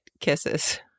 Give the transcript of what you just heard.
kisses